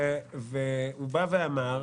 -- הוא בא ואמר,